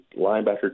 linebacker